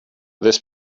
this